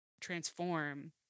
transform